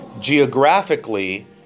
Geographically